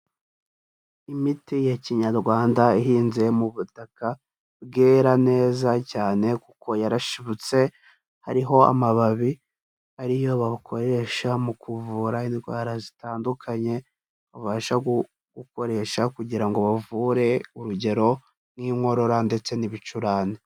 Imiti ya kinyarwanda ihinze mu butaka bwera neza cyane kuko yarashibutse, hariho amababi ariyo bakoresha mu kuvura indwara zitandukanye, babasha gukoresha kugira ngo bavure urugero, nk'inkorora ndetse n'ibicurane.